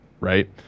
Right